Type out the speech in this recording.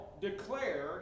declare